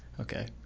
Okay